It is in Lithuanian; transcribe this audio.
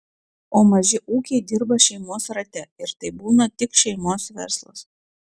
o maži ūkiai dirba šeimos rate ir tai būna tik šeimos verslas